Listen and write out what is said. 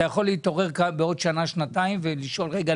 אתה יכול להתעורר כאן בעוד שנה שנתיים ולשאול רגע,